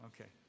Okay